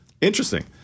Interesting